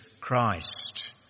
Christ